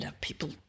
people